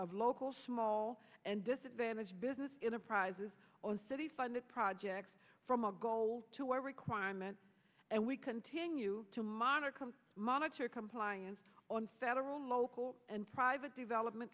of local small and disadvantaged business in apprises on city funded projects from a goal to our requirements and we continue to monitor come monitor compliance on federal local and private development